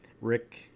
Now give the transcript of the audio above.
Rick